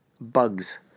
Bugs